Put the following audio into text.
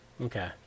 Okay